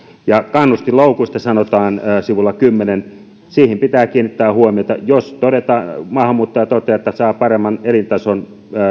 kannustinloukuista sanotaan sivulla kymmenennen niihin pitää kiinnittää huomiota jos maahanmuuttaja toteaa että saa paremman elintason